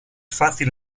fácil